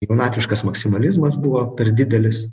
jaunatviškas maksimalizmas buvo per didelis